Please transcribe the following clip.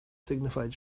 signified